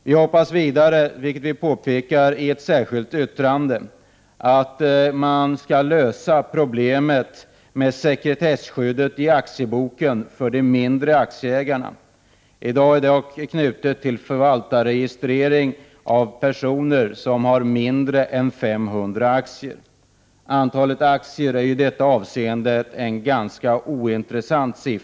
Vi hoppas vidare, vilket vi påpekar i ett särskilt yttrande, att man skall kunna lösa problemet med sekretesskyddet i aktieboken för de mindre aktieägarna. I dag är det knutet till förvaltarregistrering över de personer som har mindre än 500 aktier. Antalet aktier är i detta avseende en ganska ointressant uppgift.